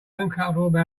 uncomfortable